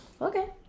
Okay